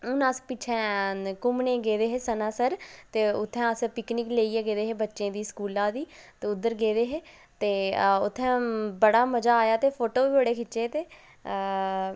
हुन अस पिच्छें घुम्मने ई गेदे हे सनासर ते उत्थै असें पिकनिक लेइयै गेदे हे बच्चें दी स्कूलै दी ते उद्धर गेदे हे ते उत्थै बड़ा मजा आया ते फोटो बी बड़े खिच्चे ते